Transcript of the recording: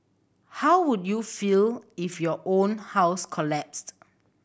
how would you feel if your own house collapsed